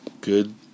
good